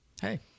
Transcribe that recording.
hey